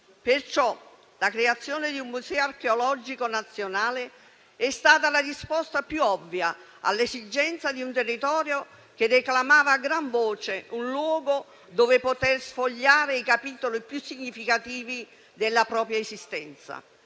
questo la creazione di un museo archeologico nazionale è stata la risposta più ovvia all'esigenza di un territorio che reclamava a gran voce un luogo dove poter sfogliare i capitoli più significativi della propria esistenza.